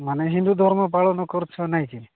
ମାନେ ହିନ୍ଦୁ ଧର୍ମ ପାଳନ କରୁଛ ନାଇଁ କି